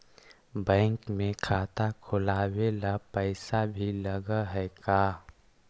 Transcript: Bank में खाता खोलाबे ल पैसा भी लग है का?